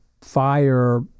fire